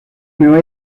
nueva